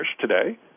today